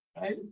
Right